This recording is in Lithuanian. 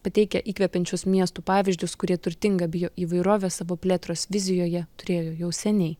pateikia įkvepiančius miestų pavyzdžius kurie turtingą bijo įvairovės savo plėtros vizijoje turėjo jau seniai